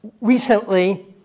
recently